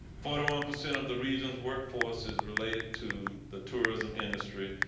photo on percent of the region's workforce is related to the tourism industry.